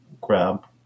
grab